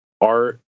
art